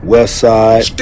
Westside